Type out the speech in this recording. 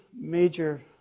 major